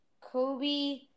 Kobe